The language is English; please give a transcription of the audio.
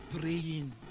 praying